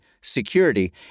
security